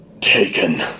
Taken